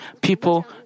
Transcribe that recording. people